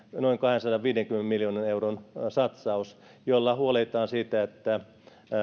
noin kahdensadanviidenkymmenen miljoonan euron satsaus jolla huolehditaan siitä että